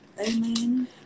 amen